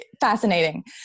fascinating